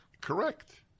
Correct